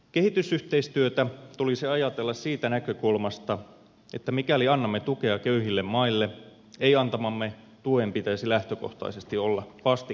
kehitysyhteistyötä tulisi ajatella siitä näkökulmasta että mikäli annamme tukea köyhille maille ei antamamme tuen pitäisi lähtökohtaisesti olla vastikkeetonta